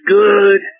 good